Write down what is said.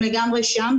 הם לגמרי שם,